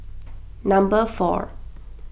number four